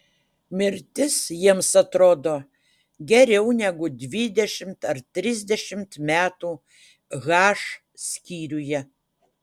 mirtis jiems atrodo geriau negu dvidešimt ar trisdešimt metų h skyriuje